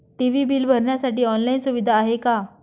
TV bill भरण्यासाठी online सुविधा आहे का?